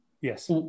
yes